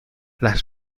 las